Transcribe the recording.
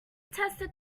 tested